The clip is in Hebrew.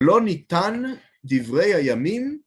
‫לא ניתן דברי הימים...